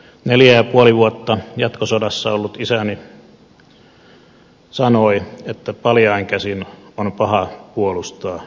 neljä ja puoli vuotta jatkosodassa ollut isäni sanoi että paljain käsin on paha puolustaa maataan